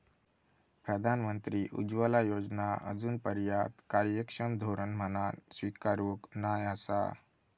प्रधानमंत्री उज्ज्वला योजना आजूनपर्यात कार्यक्षम धोरण म्हणान स्वीकारूक नाय आसा